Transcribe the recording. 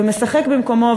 ומשחק במקומו,